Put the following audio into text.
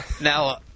now